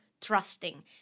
trusting